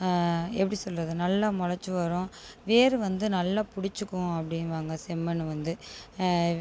எப்படி சொல்கிறது நல்லா முளச்சி வரும் வேர் வந்து நல்லா பிடிச்சிக்கும் அப்படின்னுவாங்க செம்மண்ணு வந்து